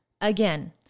again